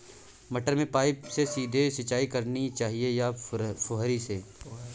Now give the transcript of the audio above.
मटर में पाइप से सीधे सिंचाई करनी चाहिए या फुहरी से?